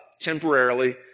temporarily